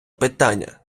питання